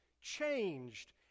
changed